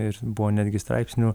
ir buvo netgi straipsnių